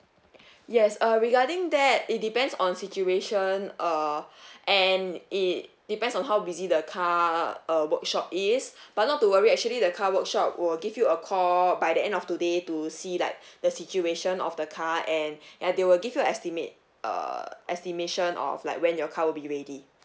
yes uh regarding that it depends on situation uh and it depends on how busy the car uh workshop is but not to worry actually the car workshop will give you a call by the end of today to see like the situation of the car and and they will give you estimate uh estimation of like when your car will be ready